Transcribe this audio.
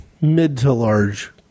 mid-to-large